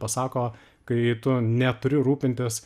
pasako kai tu neturi rūpintis